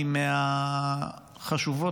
היא מהחשובות,